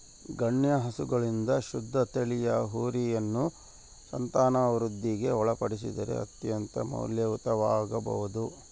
ಗಣ್ಯ ಹಸುಗಳಿಂದ ಶುದ್ಧ ತಳಿಯ ಹೋರಿಯನ್ನು ಸಂತಾನವೃದ್ಧಿಗೆ ಒಳಪಡಿಸಿದರೆ ಅತ್ಯಂತ ಮೌಲ್ಯಯುತವಾಗಬೊದು